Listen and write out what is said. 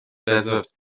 desert